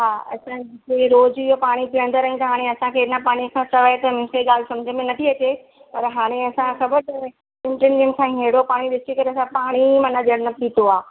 हा असांजे रोज़ु जो पाणी पीअंदड़ आहियूं त हाणे असांखे हिन पाणी खां सवाइ त मूंखे ॻाल्हि समुझ में न थी अचे पर हाणे असां ख़बर अथव ॿिनि टिनि ॾींहनि खां अहिड़ो पाणी ॾिसी करे असां पाणी माना ॼणु न पीतो आहे